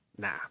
Nah